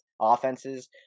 offenses